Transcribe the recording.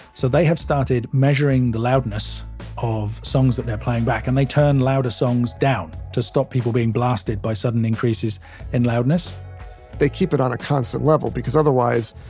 so they have started measuring the loudness of songs they're playing back, and they turn louder songs down to stop people being blasted by sudden increases in loudness they keep it on a constant level because otherwise,